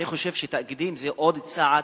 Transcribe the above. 2. אני חושב שתאגידים זה עוד צעד